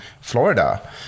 Florida